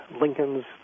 Lincoln's